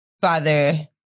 father